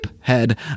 head